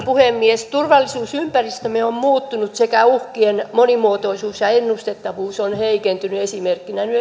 puhemies turvallisuusympäristömme on muuttunut sekä uhkien monimuotoisuus ja ennustettavuus on heikentynyt esimerkkinä nyt